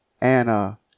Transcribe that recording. Anna